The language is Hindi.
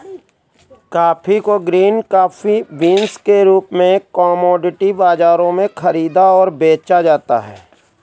कॉफी को ग्रीन कॉफी बीन्स के रूप में कॉमोडिटी बाजारों में खरीदा और बेचा जाता है